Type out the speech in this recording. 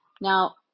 Now